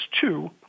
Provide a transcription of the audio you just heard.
two